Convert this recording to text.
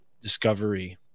discovery